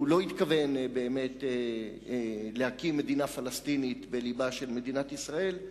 שהוא לא התכוון באמת להקים מדינה פלסטינית בלבה של מדינת ישראל,